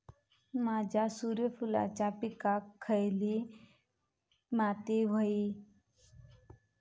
माझ्या सूर्यफुलाच्या पिकाक खयली माती व्हयी?